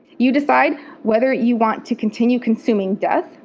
you decide whether you want to continue consuming death,